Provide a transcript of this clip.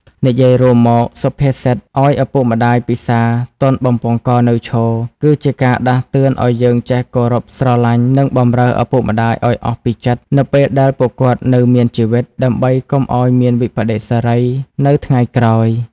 និយាយរួមមក សុភាសិត ឲ្យឪពុកម្តាយពិសារ ទាន់បំពង់ករនៅឈរ គឺជាការដាស់តឿនឲ្យយើងចេះគោរពស្រឡាញ់ និងបម្រើឪពុកម្តាយឲ្យអស់ពីចិត្តនៅពេលដែលពួកគាត់នៅមានជីវិត ដើម្បីកុំឲ្យមានវិប្បដិសារីនៅថ្ងៃក្រោយ។